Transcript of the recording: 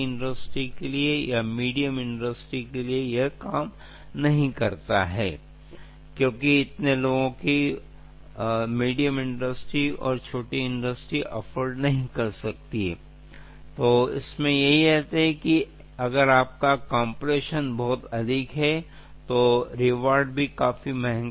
इसलिए यदि आप सिस्टम हैं तो यह बहुत महत्वपूर्ण है बड़ी आपकी परियोजना बहुत बड़ी है तो यह पूरी तरह से काम करेगा अनुमान अधिक सटीक होगा